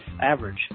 average